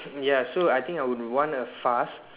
ya so I think I would want a fast